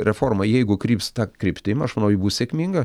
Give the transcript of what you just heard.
reforma jeigu kryps ta kryptim aš manau ji bus sėkminga